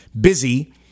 busy